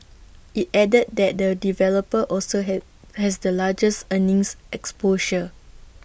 IT added that the developer also had has the largest earnings exposure